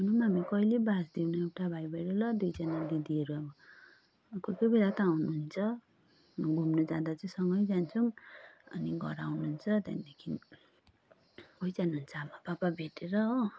हुनु पनि हामी कहिले बाझदैनौँ एउटा भाइ भएर होला दुईजना दिदीहरू अब कोही कोही बेला त आउनुहुन्छ घुम्नु जाँदा चाहिँ सँगै जान्छौँ अनि घर आउनुहुन्छ त्यहाँदेखि गइजानुहुन्छ आमा पापा भेटेर हो